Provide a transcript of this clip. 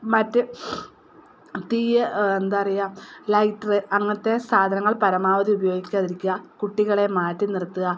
മറ്റു തീ എന്താ പറയുക ലൈറ്റർ അങ്ങനത്തെ സാധനങ്ങൾ പരമാവധി ഉപയോഗിക്കാതിരിക്കുക കുട്ടികളെ മാറ്റി നിർത്തുക